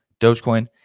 Dogecoin